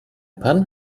pan